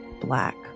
black